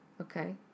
Okay